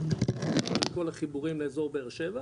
אבל כל החיבורים לאזור באר שבע,